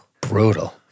brutal